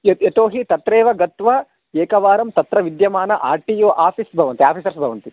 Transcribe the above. यत् यतोऽहि तत्रैव गत्वा एकवारं तत्र विद्यमान आर्टियो आफ़ीस् भवति आफ़ीसर्स् भवन्ति